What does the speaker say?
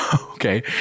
Okay